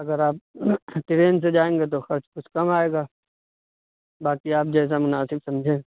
اگر آپ ٹرین سے جائیں گے تو خرچ کچھ کم آئے گا باقی آپ جیسا مناسب سمجھیں